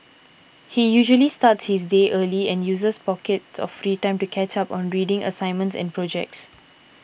he usually starts his day early and uses pockets of free time to catch up on reading assignments and projects